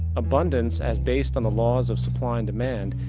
abundance, as based on the laws of supply and demand,